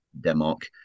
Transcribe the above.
Denmark